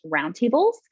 roundtables